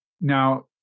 Now